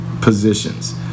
positions